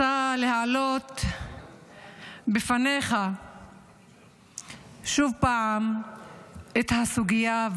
אני רוצה להעלות בפניך שוב את הסוגיה,